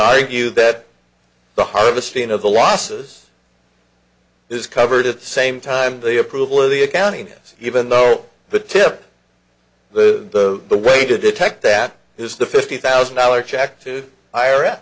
argue that the harvesting of the losses is covered at the same time the approval of the accounting is even though the tip the the way to detect that is the fifty thousand dollars check to hir